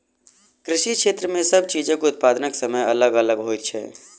कृषि क्षेत्र मे सब चीजक उत्पादनक समय अलग अलग होइत छै